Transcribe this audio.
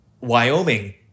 Wyoming